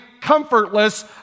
comfortless